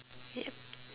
yup